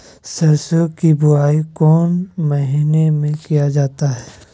सरसो की बोआई कौन महीने में किया जाता है?